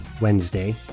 Wednesday